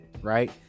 right